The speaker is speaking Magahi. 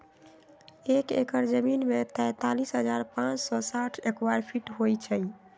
एक एकड़ जमीन में तैंतालीस हजार पांच सौ साठ स्क्वायर फीट होई छई